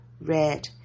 red